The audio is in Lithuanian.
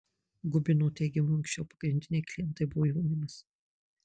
gubino teigimu anksčiau pagrindiniai klientai buvo jaunimas